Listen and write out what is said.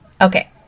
Okay